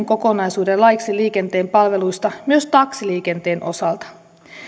kokonaisuuden laiksi liikenteen palveluista myös taksiliikenteen osalta